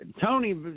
Tony